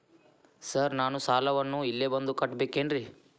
Sir ನಾನು ಸಾಲವನ್ನು ಇಲ್ಲೇ ಬಂದು ಕಟ್ಟಬೇಕೇನ್ರಿ?